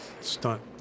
stunt